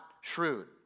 shrewd